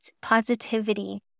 positivity